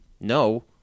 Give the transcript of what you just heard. No